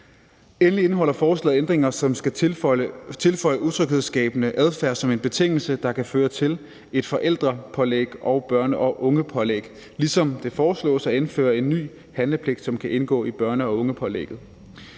Endelig indeholder forslaget ændringer, som skal tilføje utryghedsskabende adfærd som en betingelse, der kan føre til et forældrepålæg og et børne- og ungepålæg, ligesom det foreslås at indføre en ny handlepligt, som kan indgå i børne- og ungepålægget.